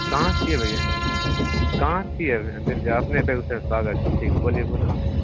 कहाॅंसँ छियै भैया कहाॅंसँ छियै अपने बेगूसरायमे स्वागत छै ठीक बोलिए बोलिए